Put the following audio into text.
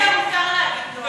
לעאידה מותר להגיד "נוהרים".